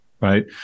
right